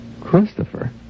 Christopher